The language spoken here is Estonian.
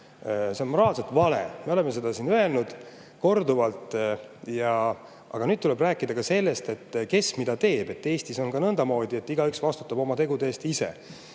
See on moraalselt vale, me oleme seda siin öelnud korduvalt. Aga nüüd tuleb rääkida ka sellest, kes mida teeb. Eestis on nõndamoodi, et igaüks vastutab oma tegude eest ise.